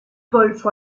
golfo